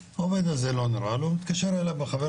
העובד הזה לא נראית לו העבודה אז הוא מתקשר אל החבר